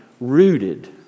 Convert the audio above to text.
rooted